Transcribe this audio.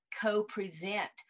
co-present